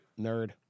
nerd